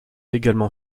également